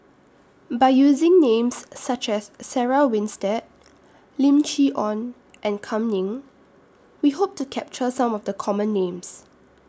By using Names such as Sarah Winstedt Lim Chee Onn and Kam Ning We Hope to capture Some of The Common Names